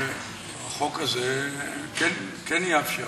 החוק הזה כן יאפשר.